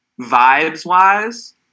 Vibes-wise